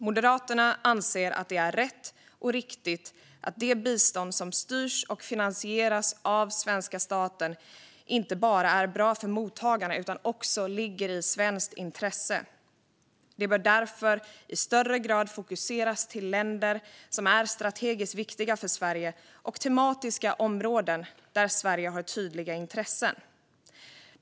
Moderaterna anser att det är rätt och riktigt att det bistånd som styrs och finansieras av svenska staten inte bara är bra för mottagarna utan också ligger i svenskt intresse. Det bör därför i högre grad fokuseras till länder som är strategiskt viktiga för Sverige och tematiska områden där Sverige har tydliga intressen.